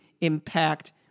impact